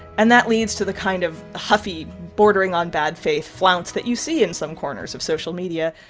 and that leads to the kind of huffy, bordering-on-bad-faith flounce that you see in some corners of social media.